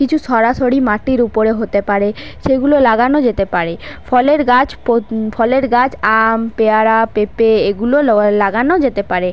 কিছু সরাসরি মাটির উপরে হতে পারে সেগুলো লাগানো যেতে পারে ফলের গাছ পোত ফলের গাছ আম পেয়ারা পেঁপে এগুলো ল লাগানো যেতে পারে